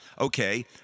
okay